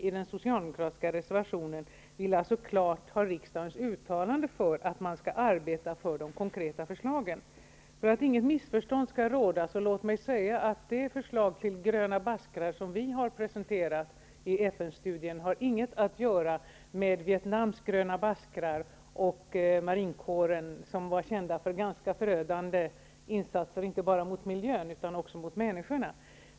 I den socialdemokratiska reservationen vill vi klart ha riksdagens uttalande för att man skall arbeta för de konkreta förslagen. För att inget missförstånd skall råda så låt mig säga att det förslag till gröna baskrar som vi har presenterat i FN-studien inte har någonting att göra med Vietnams gröna baskrar och marinkåren som var kända för ganska förödande insatser, inte bara mot miljön utan också mot människorna.